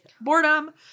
boredom